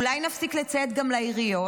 אולי נפסיק לציית גם לעיריות?